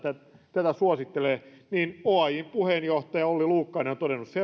tätä suosittelevat niin oajn puheenjohtaja olli luukkainen on todennut